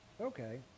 Okay